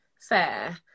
fair